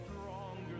stronger